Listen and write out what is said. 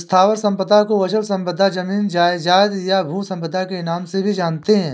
स्थावर संपदा को अचल संपदा, जमीन जायजाद, या भू संपदा के नाम से भी जानते हैं